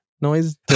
noise